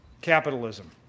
capitalism